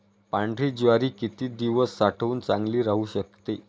पांढरी ज्वारी किती दिवस साठवून चांगली राहू शकते?